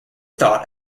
thought